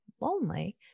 lonely